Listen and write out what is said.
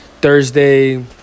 Thursday